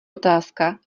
otázka